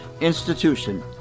institution